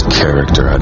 character